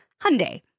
Hyundai